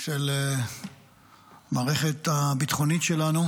של המערכת הביטחונית שלנו